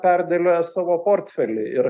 perdėlioja savo portfelį ir